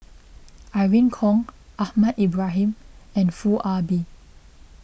Irene Khong Ahmad Ibrahim and Foo Ah Bee